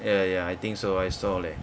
ya ya I think so I saw leh